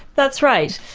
that's right.